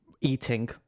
eating